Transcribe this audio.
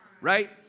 right